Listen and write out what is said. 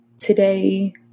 Today